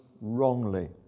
wrongly